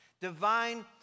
Divine